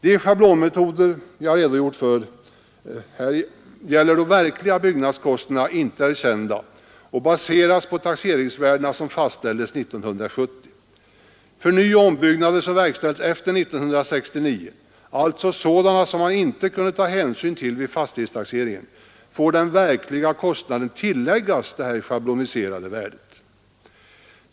De schablonmetoder som jag redogjort för gäller då de verkliga byggnadskostnaderna inte är kända utan baseras på de taxeringsvärden som fastställdes 1970. För nyoch ombyggnader som verkställts efter 1969, alltså sådana som man inte kunde ta hänsyn till vid fastighetstaxeringen får den verkliga kostnaden läggas till det schabloniserade värdet.